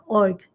org